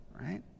right